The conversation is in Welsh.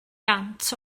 gant